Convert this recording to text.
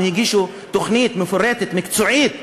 הם הגישו תוכנית מפורטת מקצועית,